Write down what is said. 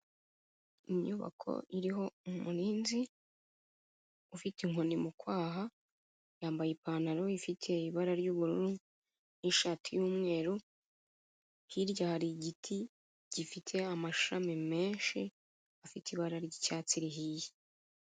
Inyubako iriho umurinzi ufite inkoni mu kwaha, yambaye ipantaro ifite ibara ry'ubururu n'ishati y'umweru, hirya hari igiti gifite amashami menshi, afite ibara ry'icyatsi rihiye.